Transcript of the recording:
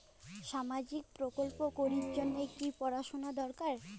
সামাজিক প্রকল্প করির জন্যে কি পড়াশুনা দরকার?